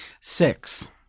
Six